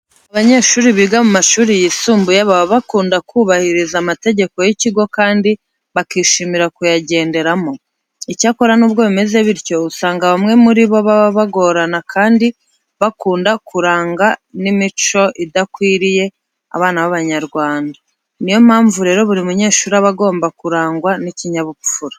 Abanyeshuri biga mu mashuri yisumbuye baba bakunda kubahiriza amategeko y'ikigo kandi bakishimira kuyagenderamo. Icyakora nubwo bimeze bityo, usanga bamwe muri bo baba bagorana kandi bakunda kuranga n'imico idakwiriye abana b'Abanyarwanda. Niyo mpamvu rero buri munyeshuri aba agomba kurangwa n'ikinyabupfura.